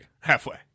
Halfway